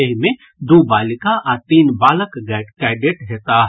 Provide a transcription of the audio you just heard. एहि मे दू बालिका आ तीन बालक कैंडेट हेताह